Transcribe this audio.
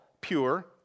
pure